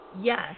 yes